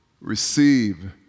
receive